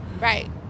right